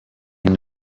end